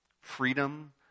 freedom